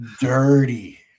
Dirty